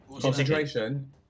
Concentration